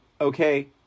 Okay